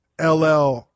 LL